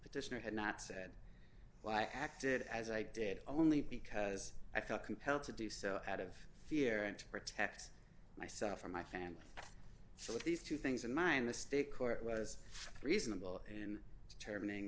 petitioner had not said well i acted as i did only because i felt compelled to do so out of fear and to protect myself or my family for these two things in mind the state court was reasonable in determining